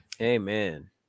Amen